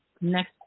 next